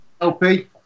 LP